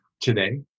today